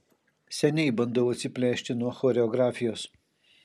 seniai bandau atsiplėšti nuo choreografijos